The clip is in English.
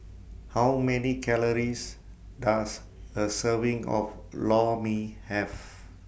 How Many Calories Does A Serving of Lor Mee Have